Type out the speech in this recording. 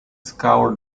scour